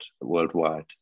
worldwide